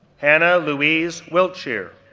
hannah louise wiltshire,